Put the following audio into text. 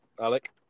Alec